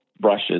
brushes